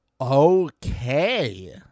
Okay